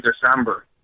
December